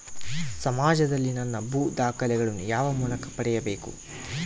ಸಮಾಜದಲ್ಲಿ ನನ್ನ ಭೂ ದಾಖಲೆಗಳನ್ನು ಯಾವ ಮೂಲಕ ಪಡೆಯಬೇಕು?